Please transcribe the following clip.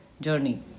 journey